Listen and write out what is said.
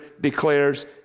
declares